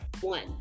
One